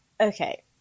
Okay